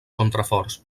contraforts